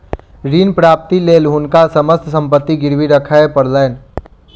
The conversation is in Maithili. ऋण प्राप्तिक लेल हुनका समस्त संपत्ति गिरवी राखय पड़लैन